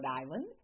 Island